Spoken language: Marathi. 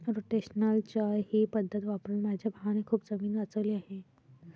रोटेशनल चर ही पद्धत वापरून माझ्या भावाने खूप जमीन वाचवली आहे